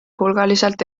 hulgaliselt